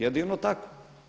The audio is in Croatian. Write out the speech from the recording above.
Jedino tako.